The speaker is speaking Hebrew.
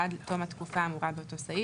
עד לתום התקופה האמורה באותו סעיף,